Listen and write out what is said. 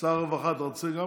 שר הרווחה, אתה גם רוצה?